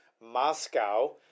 Moscow